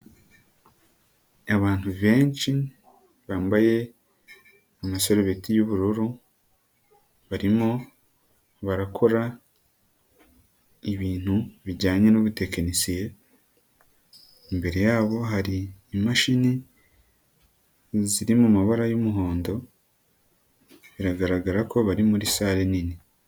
Abantu benshi ,bambaye amasarubeti y'ubururu, barimo barakora ibintu bijyanye n'ubutekinisiye ,imbere yabo hari imashini ziri mu mabara y'umuhondo, biragaragara ko bari muri salle nini.